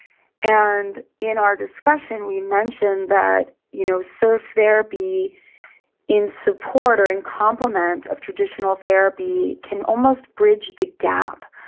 and in our discussion we mentioned that you know surf therapy in support or in complement of traditional therapy can almost bridge the gap.